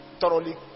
thoroughly